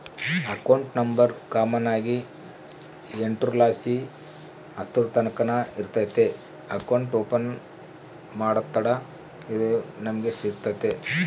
account number common ಆಗಿ ಎಂಟುರ್ಲಾಸಿ ಹತ್ತುರ್ತಕನ ಇರ್ತತೆ ಅಕೌಂಟ್ ಓಪನ್ ಮಾಡತ್ತಡ ಇದು ನಮಿಗೆ ಸಿಗ್ತತೆ